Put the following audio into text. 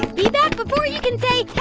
be back before you can say,